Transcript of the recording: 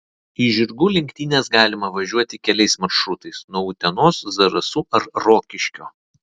į žirgų lenktynes galima važiuoti keliais maršrutais nuo utenos zarasų ar rokiškio